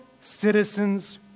citizens